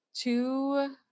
Two